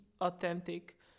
authentic